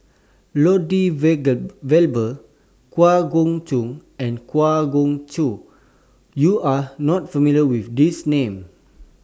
Lloyd Valberg Kwa Geok Choo and Kwa Geok Choo YOU Are not familiar with These Names